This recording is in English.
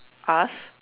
us